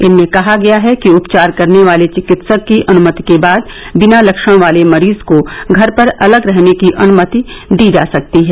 इनमें कहा गया है कि उपचार करने वाले चिकित्सक की अनमति के बाद बिना लक्षण वाले मरीज को घर पर अलग रहने की अनमति दी जा सकती है